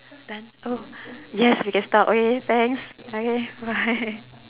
done oh yes we can stop okay thanks okay bye